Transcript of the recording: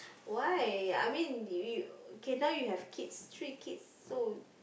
why I mean you okay now you have kids three kids so